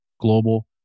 global